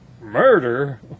murder